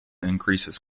increases